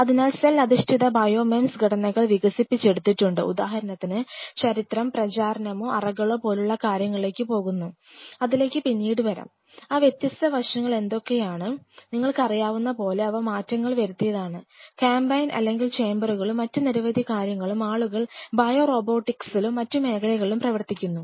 അതിനാൽ സെൽ അധിഷ്ഠിത bio MEMS ഘടനകൾ വികസിപ്പിച്ചെടുത്തിട്ടുണ്ട് ഉദാഹരണത്തിന് ചരിത്രം പ്രചാരണമോ അറകളോ പോലുള്ള കാര്യങ്ങളിലേക്ക് പോകുന്നു അതിലേക്കു പിന്നീട് വരാം ആ വ്യത്യസ്ത വശങ്ങൾ എന്തൊക്കെയാണ് നിങ്ങൾക്കറിയാവുന്നതുപോലെ അവ മാറ്റങ്ങൾ വരുത്തിയതാണ് ക്യാമ്പയിങ്ങ് അല്ലെങ്കിൽ ചേമ്പറുകളും മറ്റ് നിരവധി കാര്യങ്ങളും ആളുകൾ ബയോ റോബോട്ടിക്സിലും മറ്റു മേഖലകളിലും പ്രവർത്തിക്കുന്നു